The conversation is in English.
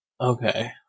Okay